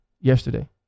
yesterday